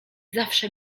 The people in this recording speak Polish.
zawsze